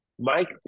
Mike